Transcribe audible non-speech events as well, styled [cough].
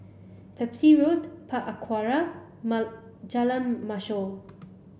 Pepys Road Park Aquaria [unintelligible] Jalan Mashhor